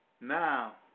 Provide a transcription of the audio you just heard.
Now